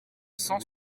cent